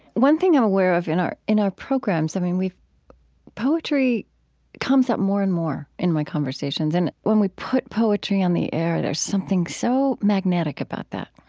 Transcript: one thing i'm aware of in our in our programs i mean, poetry comes up more and more in my conversations and, when we put poetry on the air, there's something so magnetic about that,